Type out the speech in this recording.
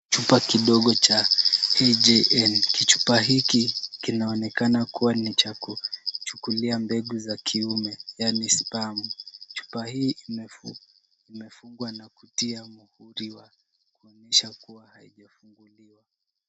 Chupa kidogo cha HJN . Kichupa hiki kinaonekana ni cha kuchukulia mbegu za kiume yaani sperm . Chupa hii imefungwa na kutia muhuri wa kuonyesha kuwa haijafunguliwa.